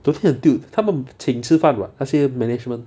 昨天很 tilt 他们请吃饭 what 那些 management